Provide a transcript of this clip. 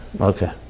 Okay